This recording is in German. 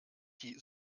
die